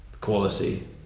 quality